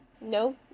No